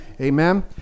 Amen